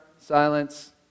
silence